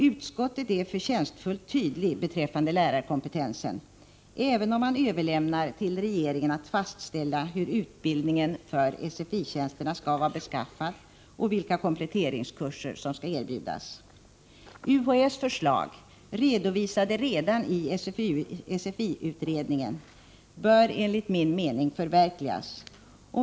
Utskottet uttalar sig förtjänstfullt tydligt beträffande lärarkompetensen, även om man överlåter på regeringen att fastställa hur utbildningen för SFI-tjänsterna skall vara beskaffad och vilka kompletteringskurser som skall erbjudas. UHÄ:s förslag, som redan redovisats i SFI-utredningen, bör enligt min mening förverkligas.